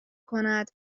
کند